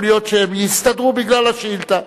יכול להיות שהם יסתדרו בגלל השאילתא.